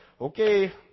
okay